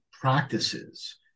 practices